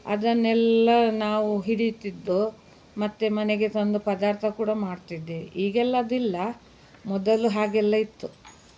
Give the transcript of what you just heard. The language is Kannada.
ಅದನ್ನೆಲ್ಲ ನಾವು ಹಿಡೀತಿದ್ದೋ ಮತ್ತು ಮನೆಗೆ ತಂದು ಪದಾರ್ಥ ಕೂಡ ಮಾಡ್ತಿದ್ದೇವೆ ಈಗೆಲ್ಲ ಅದಿಲ್ಲ ಮೊದಲು ಹಾಗೆಲ್ಲ ಇತ್ತು